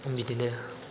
बिदिनो